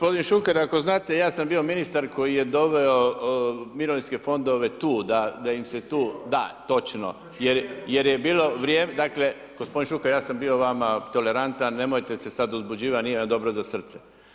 Gospodin Šuker, ako znate, ja sam bio ministar koji je doveo mirovinske fondove tu, da im se tu …… [[Upadica sa strane, ne razumije se.]] da, točno, jer je bilo vrijeme …… [[Upadica sa strane, ne razumije se.]] Gospodin Šuker, ja sam bio vama tolerantan, nemojte se sad uzbuđivat, nije vam dobro za srce.